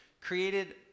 created